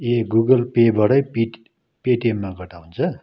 ए Google पेबाट pay पेटिएममा गर्दा हुन्छ